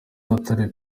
rutare